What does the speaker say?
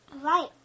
Right